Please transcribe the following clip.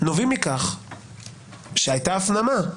נובעים מכך שהייתה הפנמה,